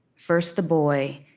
first the boy,